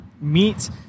meet